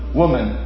woman